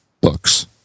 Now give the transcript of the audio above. books